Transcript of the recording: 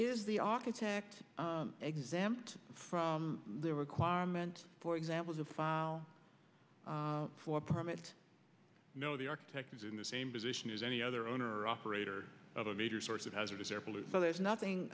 is the architect exempt from the requirement for example to file for permit no the architect is in the same position as any other owner operator of a major source of hazardous air police so there's nothing